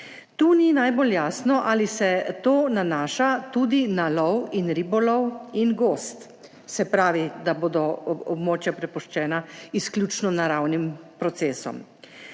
Tu ni najbolj jasno, ali se to nanaša tudi na lov in ribolov in gozd, se pravi da bodo območja prepuščena izključno naravnim procesom.